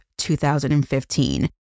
2015